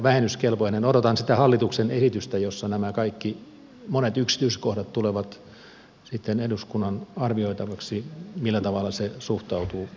odotan sitä hallituksen esitystä jossa nämä monet yksityiskohdat tulevat sitten eduskunnan arvioitaviksi millä tavalla tämä yle vero suhtautuu verotukseen